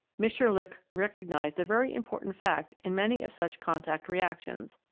mitscherlich recognised a very important fact in many of such contact reactions,